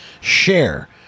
share